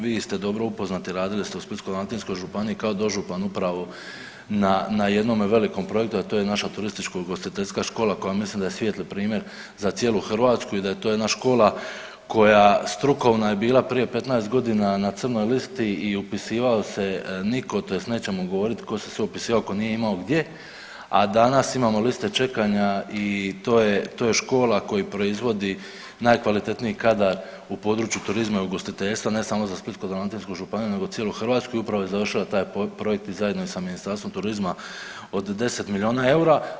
Vi ste dobro upoznati, radili ste u Splitsko-dalmatinskoj županiji kao dožupan upravo na, na jednom velikom projektu, a to je naša Turističko-ugostiteljska škola koja mislim da je svijetli primjer za cijelu Hrvatsku i da je to jedna škola koja strukovna je bila prije 15 godina na crnoj listi i upisivao se niko tj. nećemo govoriti tko se sve upisivao, tko nije imao gdje, a danas imamo liste čekanja i to je škola koja proizvodi najkvalitetniji kadar u području turizma i ugostiteljstva ne samo za Splitsko-dalmatinsku županiju nego cijelu Hrvatsku i upravo je završila taj projekt zajedno sa Ministarstvom turizma od 10 miliona eura.